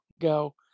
go